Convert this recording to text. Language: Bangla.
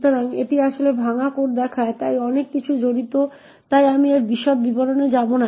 সুতরাং এটি আসলে ভাঙা কোড দেখায় তাই অনেক কিছু জড়িত তাই আমি এর বিশদ বিবরণে যাব না